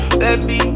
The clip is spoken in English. baby